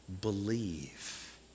believe